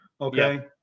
okay